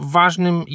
ważnym